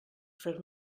fer